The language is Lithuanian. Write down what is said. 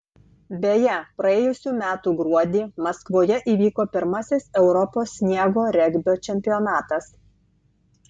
beje praėjusių metų gruodį maskvoje įvyko pirmasis europos sniego regbio čempionatas